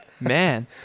Man